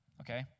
Okay